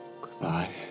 Goodbye